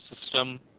system